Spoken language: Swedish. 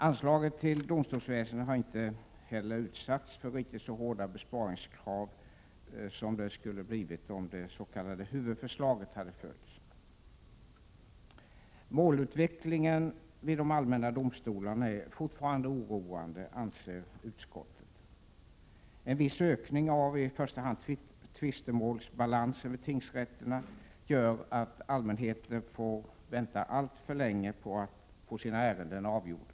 Anslaget till domstolsväsendet har heller inte utsatts för riktigt så hårda besparingskrav som det skulle ha blivit om det s.k. huvudförslaget hade följts. Målutvecklingen vid de allmänna domstolarna är fortfarande oroande, anser utskottet. En viss ökning av i första hand tvistemålsbalansen vid tingsrätterna gör att allmänheten får vänta alltför länge på att få sina ärenden avgjorda.